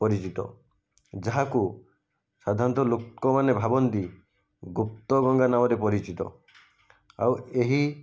ପରିଚିତ ଯାହାକୁ ସାଧାରଣତଃ ଲୋକମାନେ ଭାବନ୍ତି ଗୁପ୍ତଗଙ୍ଗା ନାମରେ ପରିଚିତ ଆଉ ଏହି